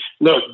Look